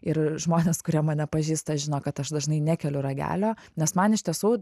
ir žmonės kurie mane pažįsta žino kad aš dažnai nekeliu ragelio nes man iš tiesų